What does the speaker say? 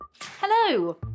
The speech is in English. Hello